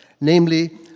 Namely